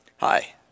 Hi